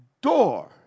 door